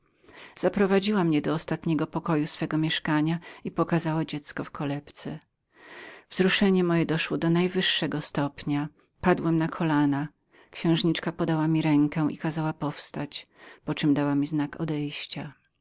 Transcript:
nareszcie zaprowadziła mnie do ostatniego pokoju swego pomieszkania i pokazała dziecie w kolebce wzruszenie moje doszło do najwyższego stopnia padłem na kolana księżniczka podała mi rękę i kazała powstać poczem dała mi znak odejścia